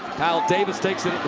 davis takes it.